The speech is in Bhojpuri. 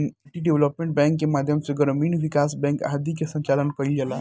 कम्युनिटी डेवलपमेंट बैंक के माध्यम से ग्रामीण विकास बैंक आदि के संचालन कईल जाला